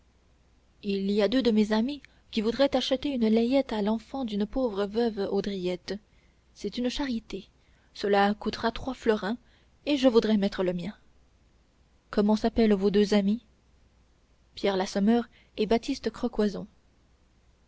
il y a deux de mes amis qui voudraient acheter une layette à l'enfant d'une pauvre veuve haudriette c'est une charité cela coûtera trois florins et je voudrais mettre le mien comment s'appellent vos deux amis pierre l'assommeur et baptiste